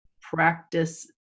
practice